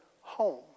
home